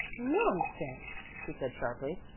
nonsense! she said sharply.